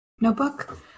notebook